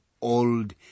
old